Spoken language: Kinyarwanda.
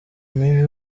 mibi